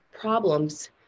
problems